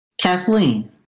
Kathleen